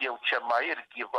jaučiama ir gyva